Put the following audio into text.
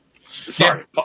Sorry